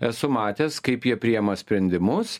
esu matęs kaip jie priema sprendimus